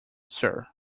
sir